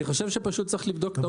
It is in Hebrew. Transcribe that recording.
אני פשוט חושב שצריך לבדוק את העובדות.